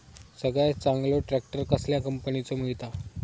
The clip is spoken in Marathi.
सगळ्यात चांगलो ट्रॅक्टर कसल्या कंपनीचो मिळता?